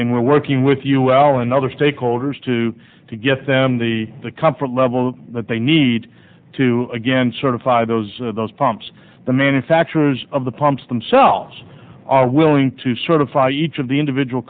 and we're working with us all and other stakeholders to to get them the the comfort level that they need to again certify those are those pumps the manufacturers of the pumps themselves are willing to sort of fi each of the individual